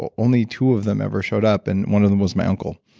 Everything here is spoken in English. but only two of them ever showed up and one of them was my uncle